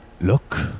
Look